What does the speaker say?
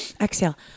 exhale